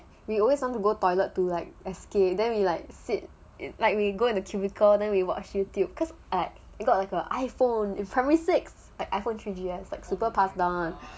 like we always want to go toilet to like escape then we like sit in like we go in a cubicle then we watch youtube cause I got like a iphone in primary six like iphone three S like super pass down